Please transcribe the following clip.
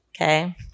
Okay